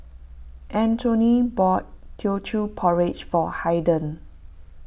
Antony bought Teochew Porridge for Haiden